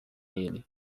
ele